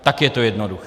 Tak je to jednoduché!